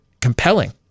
compelling